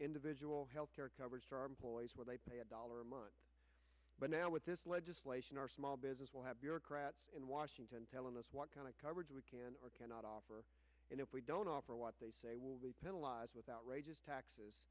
individual health care coverage for our employees where they pay a dollar a month but now with this legislation our small business will have bureaucrats in washington telling us what kind of coverage we can or cannot offer and if we don't offer what they say will penalize without raising taxes